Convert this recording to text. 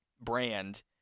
brand